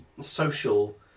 social